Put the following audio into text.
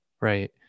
right